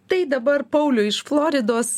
tai dabar pauliui iš floridos